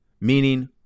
meaning